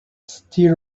still